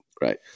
right